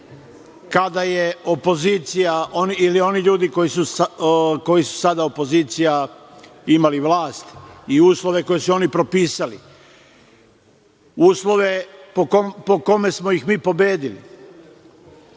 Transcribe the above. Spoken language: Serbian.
kada je opozicija, ili oni ljudi koji su sada opozicija, imali vlast i uslove koje su oni propisali, uslove po kojima smo ih mi pobedili. Obzirom